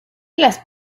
las